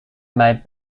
made